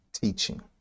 teaching